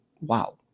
wow